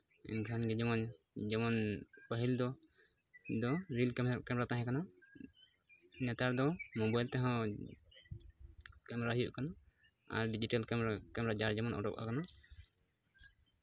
ᱮᱱᱠᱷᱟᱱ ᱜᱮ ᱡᱮᱢᱚᱱ ᱡᱮᱢᱚᱱ ᱯᱟᱹᱦᱤᱞᱫᱚ ᱨᱤᱞ ᱠᱮᱢᱮᱨᱟ ᱛᱟᱦᱮᱸ ᱠᱟᱱᱟ ᱱᱮᱛᱟᱨ ᱫᱚ ᱢᱳᱵᱟᱭᱤᱞ ᱛᱮᱦᱚᱸ ᱠᱮᱢᱮᱨᱟᱭ ᱦᱩᱭᱩᱜ ᱠᱟᱱᱟ ᱟᱨ ᱰᱤᱡᱤᱴᱟᱞ ᱠᱮᱢᱮᱨᱟ ᱡᱟᱨ ᱡᱮᱢᱚᱱ ᱩᱰᱩᱠ ᱟᱠᱟᱱᱟ